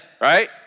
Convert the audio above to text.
right